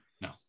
No